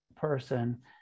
person